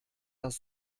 das